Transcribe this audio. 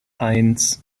eins